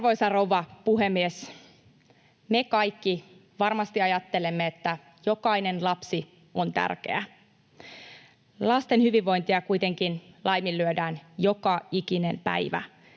Arvoisa rouva puhemies! Me kaikki varmasti ajattelemme, että jokainen lapsi on tärkeä. Lasten hyvinvointia kuitenkin laiminlyödään joka ikinen päivä.